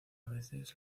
veces